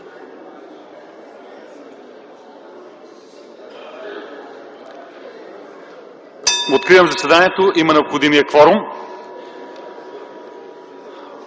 Откривам заседанието. Имаме необходимия кворум.